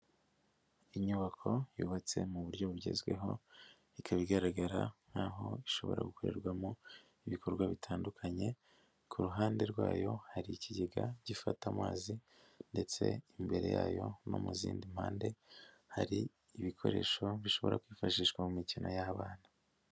Inyubako yubatse mu buryo bugezweho, ikaba igaragara nk'aho ishobora gukorerwamo ibikorwa bitandukanye, ku ruhande rwayo hari ikigega gifata amazi ndetse imbere yayo no mu zindi mpande hari ibikoresho bishobora kwifashishwa mu mikino y'abana.